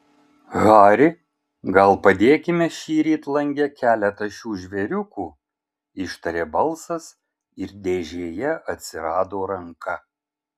hari gal padėkime šįryt lange keletą šių žvėriukų ištarė balsas ir dėžėje atsirado ranka